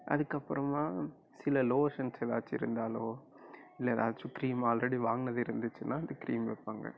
அதுக்கப்புறமாக சில லோஷன்ஸ் ஏதாச்சும் இருந்தாலோ இல்லை ஏதாச்சும் க்ரீம் ஆல்ரெடி வாங்கினது இருந்துச்சுனா அந்த க்ரீம் வைப்பாங்க